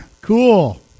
Cool